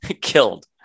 Killed